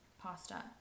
pasta